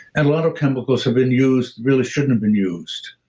and lot of chemicals have been used really shouldn't have been used.